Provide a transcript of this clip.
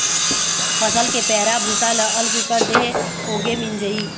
फसल के पैरा भूसा ल अलगे कर देए होगे मिंजई